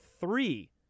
three